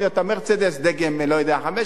את ה"מרצדס" דגם 500,